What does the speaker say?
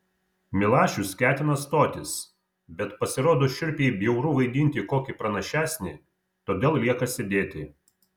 milašius ketina stotis bet pasirodo šiurpiai bjauru vaidinti kokį pranašesnį todėl lieka sėdėti